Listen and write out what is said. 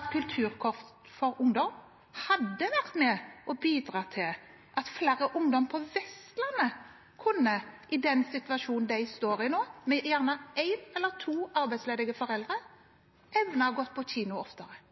at Kulturkort for ungdom hadde vært med og bidratt til at flere ungdommer på Vestlandet hadde – i den situasjonen de nå står i, med gjerne en eller to arbeidsledige foreldre – evnet å gå på kino oftere?